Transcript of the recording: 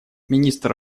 министр